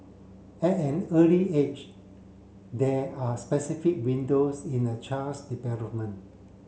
at an early age there are specific windows in a child's development